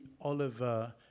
Oliver